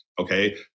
Okay